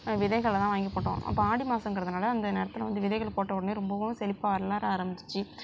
விதைகளைலான் வாங்கி போட்டோம் அப்போ ஆடி மாதங்கிறதுனால அந்த நேரத்தில் வந்து விதைகளை போட்டவுடனே ரொம்பவும் செழிப்பாக வளர ஆரம்பிச்சிச்சு